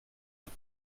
pas